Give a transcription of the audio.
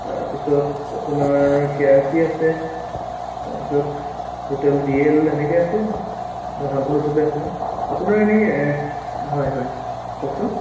তাৰপিছত আপোনাৰ K R C আছে তাৰপিছত হোটেল ডি এল এনেকে আছে আৰু ভাল ভাল হোটেল আছে আপোনাৰ এনেই হয় হয় কওকচোন